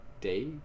day